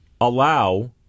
allow